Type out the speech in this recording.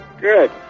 Good